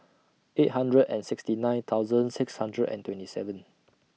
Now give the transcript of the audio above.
eight hundred and sixty nine thousand six hundred and twenty seven